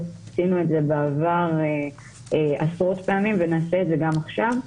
עשינו את זה בעבר עשרות פעמים ונעשה את זה גם עכשיו.